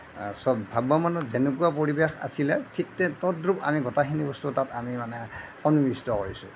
চব ভ্ৰাম্যমাণত যেনেকুৱা পৰিৱেশ আছিলে ঠিক তদ্ৰূপ আমি গোটেইখিনি বস্তু তাত আমি মানে সন্নিবিষ্ট কৰিছোঁ